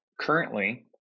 currently